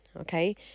okay